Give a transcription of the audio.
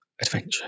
adventure